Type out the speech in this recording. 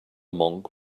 monk